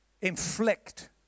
inflict